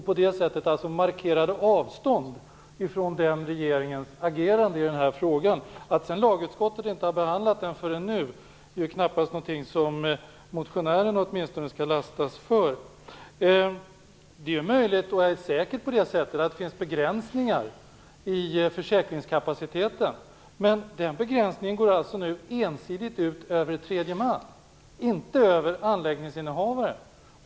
På det sättet markerade vi avstånd från den förra regeringens agerande i denna fråga. Att sedan lagutskottet inte har behandlat den förrän nu är knappast någonting som motionärerna skall lastas för. Säkert finns det begränsningar i försäkringskapaciteten. Men de begränsningarna går nu ensidigt ut över tredje man, inte över anläggningsinnehavaren.